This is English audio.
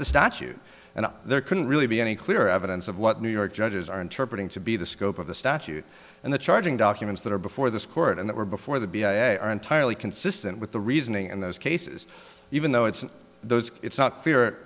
the statute and there couldn't really be any clear evidence of what new york judges are interpreted to be the scope of the statute and the charging documents that are before this court and that were before the b s a are entirely consistent with the reasoning in those cases even though it's those it's not